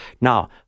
Now